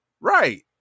right